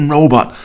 Robot